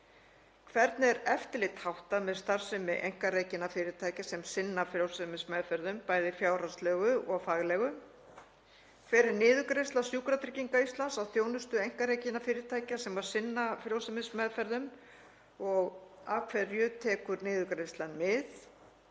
Hvernig er eftirliti háttað með starfsemi einkarekinna fyrirtækja sem sinna frjósemismeðferðum, bæði fjárhagslegu og faglegu? Hver er niðurgreiðsla Sjúkratrygginga Íslands á þjónustu einkarekinna fyrirtækja sem sinna frjósemismeðferðum og af hverju tekur niðurgreiðslan mið?